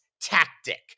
tactic